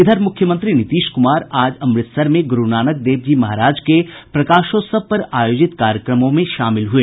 इधर मुख्यमंत्री नीतीश कुमार आज अमृतसर में गुरूनानक देव जी महाराज के प्रकाशोत्सव पर आयोजित कार्यक्रमों में शामिल हुए